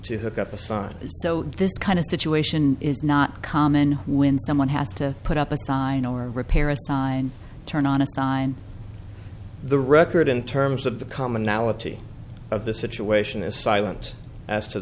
to hook up a son so this kind of situation is not common when someone has to put up a sign or repair a sign turn on a sign the record in terms of the commonality of the situation is silent as to